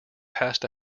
passed